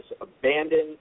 abandoned